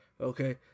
Okay